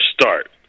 start